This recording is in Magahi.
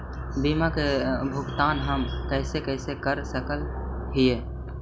बीमा के भुगतान हम कैसे कैसे कर सक हिय?